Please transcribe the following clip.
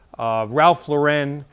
ralph lauren,